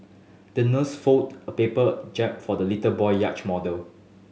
the nurse folded a paper jib for the little boy yacht model